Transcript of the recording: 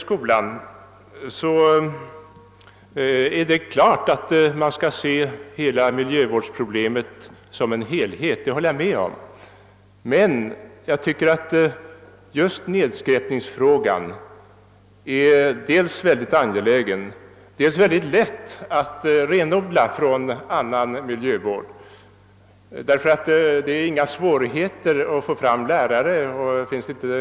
Sedan är det klart att man i skolan skall se miljövårdsproblemet som en helhet. Det håller jag med om. Men nedskräpningsfrågan anser jag vara dels mycket angelägen, dels mycket lätt att renodla från den övriga miljövården. Det är heller inga svårigheter med att skaffa lärare för en sådan antinedskräpningskampanj.